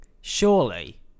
surely